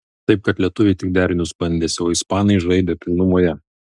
taip kad lietuviai tik derinius bandėsi o ispanai žaidė pilnumoje